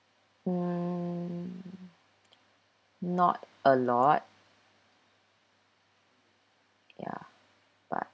um not a lot ya but